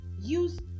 Use